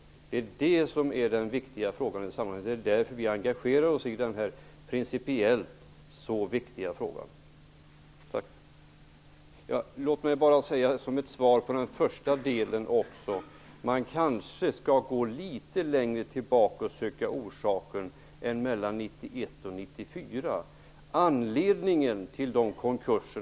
Det är det viktiga i sammanhanget, och det är därför vi engagerar oss i den här principiellt så viktiga frågan. Låt mig som ett svar på den första delen av Ulla Rudins replik säga att man kanske skall gå litet längre tillbaka för att söka orsaken till konkurserna än mellan 1991 och 1994.